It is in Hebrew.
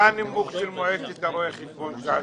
מה הנימוק של מועצת רואי החשבון שעשתה שורש ציון?